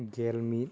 ᱜᱮᱞ ᱢᱤᱫ